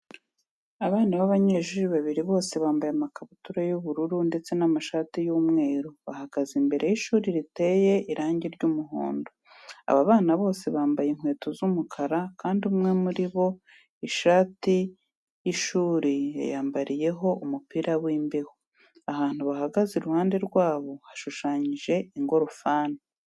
Abana b'abanyeshuri babiri bose bambaye amakabutura y'ubururu ndetse n'amashati y'umweru, bahagaze imbere y'ishuri riteye irangi ry'umuhondo. Aba bana bose bambaye inkweto z'umukara kandi umwe muri bo ishati y'ishuri yayambariyeho umupira w'imbeho. Ahantu bahagaze iruhande rwaho hashushanyije ingorofani.